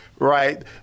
Right